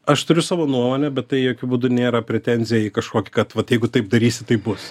aš turiu savo nuomonę bet tai jokiu būdu nėra pretenzija į kažkokį kad vat jeigu taip darysi tai bus